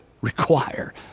require